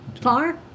far